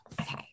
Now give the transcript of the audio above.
Okay